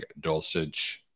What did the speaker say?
Dulcich